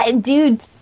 Dude